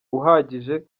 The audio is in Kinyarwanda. uhagije